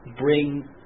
bring